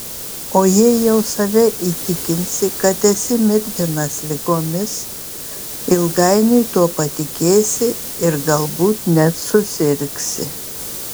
o jei jau save įtikinsi kad esi mirtinas ligomis ilgainiui tuo patikėsi ir galbūt net susirgsi